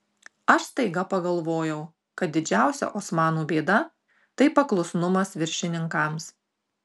aš staiga pagalvojau kad didžiausia osmanų bėda tai paklusnumas viršininkams